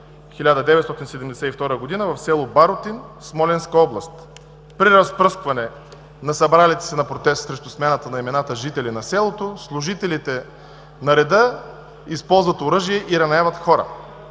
1972 година в село Барутин, Смолянска област. При разпръскване на събралите се на протест срещу смяната на имена жители на селото, служителите на реда използват оръжие и раняват хора.